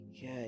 good